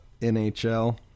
NHL